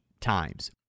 times